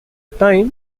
time